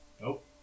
Nope